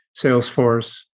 Salesforce